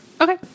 Okay